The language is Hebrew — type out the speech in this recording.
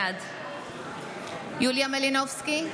בעד יוליה מלינובסקי,